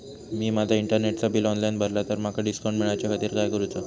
मी माजा इंटरनेटचा bill online भरला तर माका डिस्काउंट मिलाच्या खातीर काय करुचा?